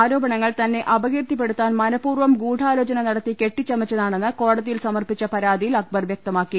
ആരോപണങ്ങൾ തന്നെ അപകീർത്തിപ്പെടുത്താൻ മനഃപ്പൂർവും ഗൂഢാലോചന നടത്തി കെട്ടിച്ചമച്ചതാണെന്ന് കോടതിയിൽ സമർപ്പിച്ച പരാതിയിൽ അക്ബർ വ്യക്ത മാക്കി